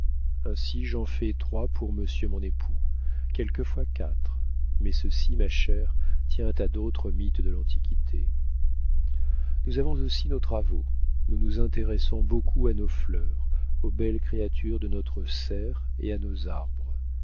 ainsi j'en fais trois pour monsieur mon époux quelquefois quatre mais ceci ma chère tient à d'autres mythes de l'antiquité nous avons aussi nos travaux nous nous intéressons beaucoup à nos fleurs aux belles créatures de notre serre et à nos arbres